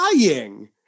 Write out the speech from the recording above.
lying